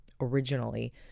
originally